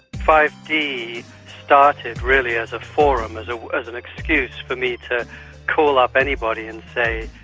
five d started really as a forum, as ah as an excuse for me to call up anybody and say,